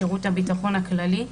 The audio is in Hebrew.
השירות הביטחון הכללי,